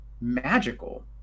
magical